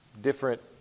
different